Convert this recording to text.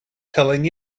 telling